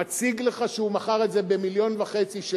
מציג לך שהוא מכר את זה ב-1.5 מיליון שקל,